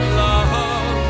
love